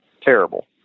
Terrible